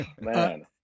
man